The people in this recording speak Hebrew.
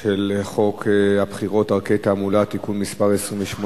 על הצעת חוק הבחירות (דרכי תעמולה) (תיקון מס' 28)